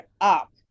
up